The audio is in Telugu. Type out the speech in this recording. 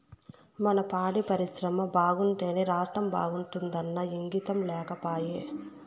మన పాడి పరిశ్రమ బాగుంటేనే రాష్ట్రం బాగుంటాదన్న ఇంగితం లేకపాయే